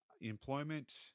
Employment